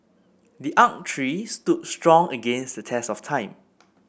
the oak tree stood strong against the test of time